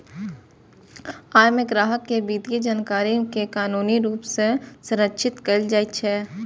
अय मे ग्राहक के वित्तीय जानकारी कें कानूनी रूप सं संरक्षित कैल जाइ छै